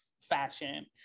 fashion